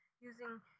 using